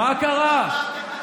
מה קרה?